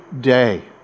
day